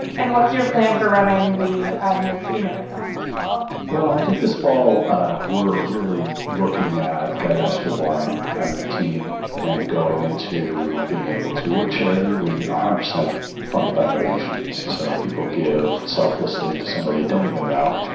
and what's your plan for running the new york city marathon this fall? well, i think this fall we're really looking at getting us for the blind, having a team and going into being able to or charity, we hope said funded by donations. so people give selflessly to somebody they don't even know.